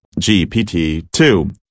GPT-2